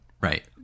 right